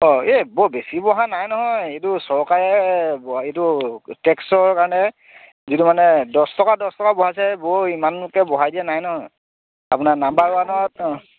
অঁ এই বৰ বেছি বঢ়া নাই নহয় এইটো চৰকাৰে এইটো টেক্সৰ কাৰণে যিটো মানে দহ টকা দছ টকা বঢ়াইছে বৰ ইমানকৈ বঢ়াই দিয়া নাই নহয় আপোনাৰ নাম্বাৰ ওৱানত অঁ